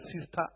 Sister